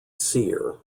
seer